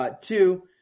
Two